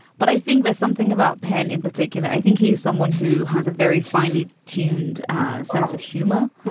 but i think there's something about penn in particular. i think he's someone who has a very finely tuned sense of humor.